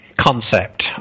concept